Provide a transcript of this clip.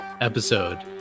episode